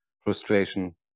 Frustration